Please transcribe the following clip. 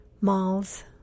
malls